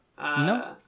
No